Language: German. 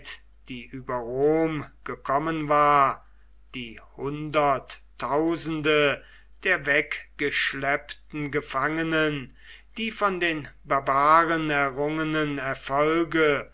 die über rom gekommen war die hunderttausende der weggeschleppten gefangenen die von den barbaren errungenen erfolge